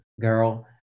girl